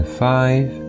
five